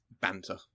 Banter